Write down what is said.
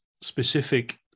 specific